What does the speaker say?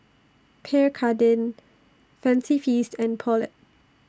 Pierre Cardin Fancy Feast and Poulet